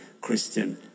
Christian